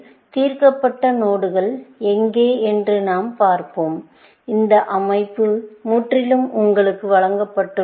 தீர்க்கப்பட்ட நோடுகள் எங்கே என்று நாம் பார்ப்போம் இந்த அமைப்பு முற்றிலும் உங்களுக்கு வழங்கப்பட்டுள்ளது